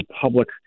public